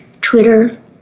Twitter